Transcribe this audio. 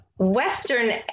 western